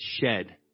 shed